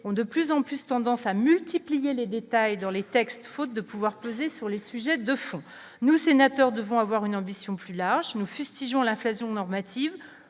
ont de plus en plus tendance à multiplier les détails dans les textes, faute de pouvoir peser sur les sujets de fond nous sénateurs devant avoir une ambition plus large, nous, fustigeant l'inflation normative,